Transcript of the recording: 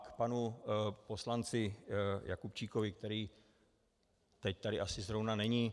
A panu poslanci Jakubčíkovi, který teď tady asi zrovna není.